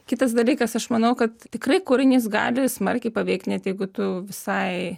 kitas dalykas aš manau kad tikrai kūrinys gali smarkiai paveikti net jeigu tu visai